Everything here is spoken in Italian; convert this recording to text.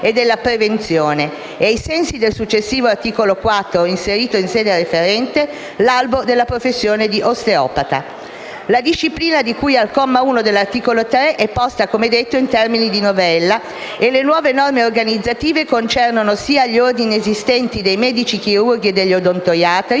e della prevenzione e - ai sensi del successivo articolo 4, inserito in sede referente - l'albo della professione di osteopata. La disciplina di cui al comma 1 dell'articolo 3 è posta, come detto, in termini di novella e le nuove norme organizzative concernono sia gli ordini esistenti dei medici chirurghi e degli odontoiatri,